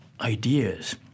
ideas